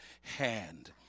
hand